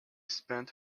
spent